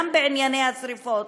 גם בענייני השרפות,